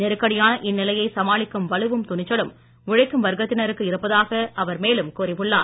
நெருக்கடியான இந்நிலையை சமாளிக்கும் வலுவும் துணிச்சலும் உழைக்கும் வர்க்கத்தினருக்கு இருப்பதாக அவர் மேலும் கூறியுள்ளார்